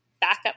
backup